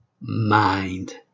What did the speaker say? mind